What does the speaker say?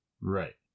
Right